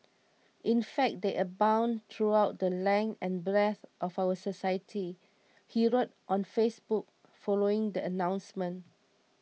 in fact they abound throughout the length and breadth of our society he wrote on Facebook following the announcement